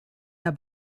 herr